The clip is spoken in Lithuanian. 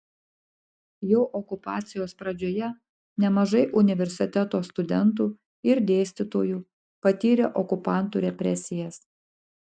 jau okupacijos pradžioje nemažai universiteto studentų ir dėstytojų patyrė okupantų represijas